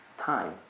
time